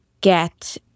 get